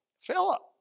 Philip